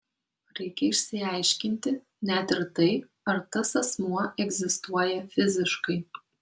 reikia išsiaiškinti net ir tai ar tas asmuo egzistuoja fiziškai